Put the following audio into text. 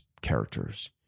characters